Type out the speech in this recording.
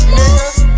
nigga